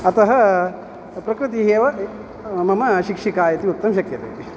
अतः प्रकृतिः एव मम शिक्षिका इति वक्तुं शक्यते